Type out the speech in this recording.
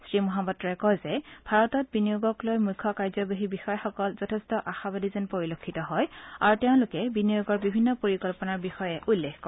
শ্ৰীমহাপাত্ৰই কয় যে ভাৰতত বিনিয়োগক লৈ মুখ্য কাৰ্যবাহী বিষয়াসকল যথেষ্ঠ আশাবাদী যেন পৰিলক্ষিত হয় আৰু তেওঁলোকে বিনিয়োগৰ বিভিন্ন পৰিকল্পনাৰ বিষয়ে উল্লেখ কৰে